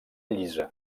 llisa